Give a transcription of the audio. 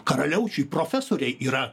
karaliaučiuj profesoriai yra